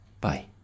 Bye